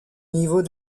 niveau